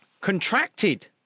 contracted